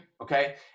okay